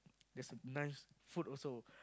there's a nice food also